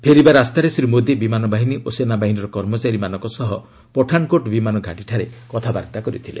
ଫେରିବା ରାସ୍ତାରେ ଶ୍ରୀ ମୋଦି ବିମାନ ବାହିନୀ ଓ ସେନାବାହିନୀର କର୍ମଚାରୀମାନଙ୍କ ସହ ପଠାନ୍କୋଟ୍ ବିମାନ ଘାଟିଠାରେ କଥାବାର୍ତ୍ତା କରିଥିଲେ